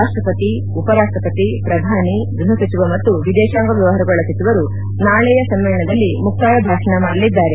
ರಾಷ್ಷಪತಿ ಉಪರಾಷ್ಷಪತಿ ಪ್ರಧಾನಿ ಗ್ಚಹ ಸಚಿವ ಮತ್ತು ವಿದೇಶಾಂಗ ವ್ಲವಹಾರಗಳ ಸಚಿವರು ನಾಳೆಯ ಸಮ್ಮೇಳನದಲ್ಲಿ ಮುಕ್ತಾಯ ಭಾಷಣ ಮಾಡಲಿದ್ದಾರೆ